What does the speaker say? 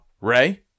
Ray